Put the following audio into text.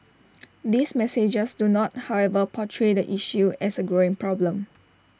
these messages do not however portray the issue as A growing problem